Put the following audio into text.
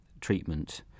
treatment